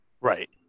Right